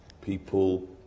people